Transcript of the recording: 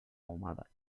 ahumada